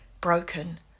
broken